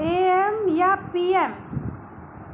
ए M या P M